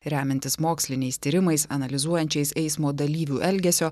remiantis moksliniais tyrimais analizuojančiais eismo dalyvių elgesio